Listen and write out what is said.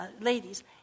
ladies